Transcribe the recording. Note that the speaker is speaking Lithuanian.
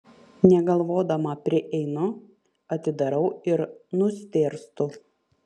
negalvodama prieinu atidarau ir nustėrstu